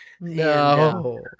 No